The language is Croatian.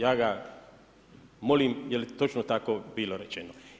Ja ga molim, je li točno tako bilo rečeno?